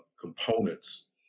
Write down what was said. components